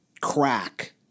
crack